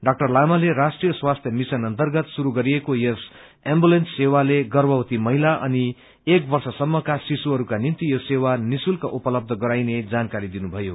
डा लामाले राष्ट्रिय स्वास्थ्य मिशन अर्न्तगत शुरू गरिएको यस एम्बुलेन्स सेवाले गर्भवती महिला अनि एक वर्ष सम्मका शिशुहरूका निम्ति यो सेवा निशुल्क उपलब्ध गराइने जानकारी दिनुभयो